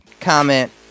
comment